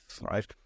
right